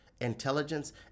intelligence